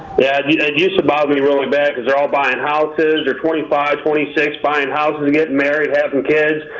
it ah used to bother me really bad cause they're all buying houses. they're twenty five, twenty six buying houses and getting married, having kids.